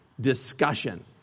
discussion